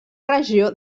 regió